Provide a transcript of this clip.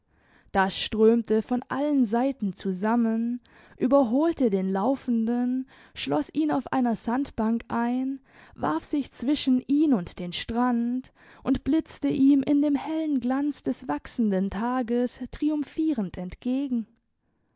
das strömte von allen seiten zusammen überholte den laufenden schloss ihn auf einer sandbank ein warf sich zwischen ihn und den strand und blitzte ihm in dem hellen glanz des wachsenden tages triumphierend entgegen